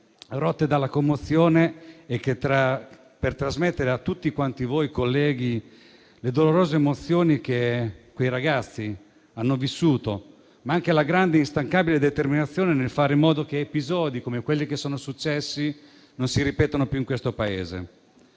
rotte dalla commozione, per trasmettere a tutti voi colleghi le dolorose emozioni che quei ragazzi hanno vissuto, ma anche la grande e instancabile determinazione nel fare in modo che episodi come quelli successi non si ripetano più in questo Paese.